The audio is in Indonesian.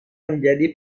menjadi